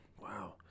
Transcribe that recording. Wow